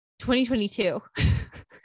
2022